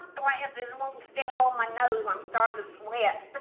glasses won't stay up on my nose. i'm starting to sweat. but